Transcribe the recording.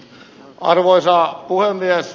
arvoisa puhemies